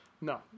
No